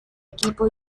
equipo